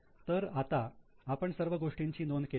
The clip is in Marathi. तर आता आपण सर्व गोष्टींची नोंद केली आहे